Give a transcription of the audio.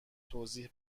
توضیح